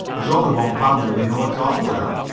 there's only one family we know at all well.